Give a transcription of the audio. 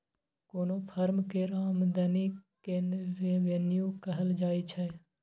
कोनो फर्म केर आमदनी केँ रेवेन्यू कहल जाइ छै